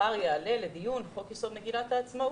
מחר יעלה לדיון חוק יסוד: מגילת העצמאות,